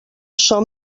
som